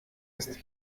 ist